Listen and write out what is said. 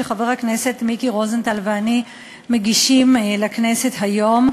שחבר הכנסת מיקי רוזנטל ואני מגישים לכנסת היום,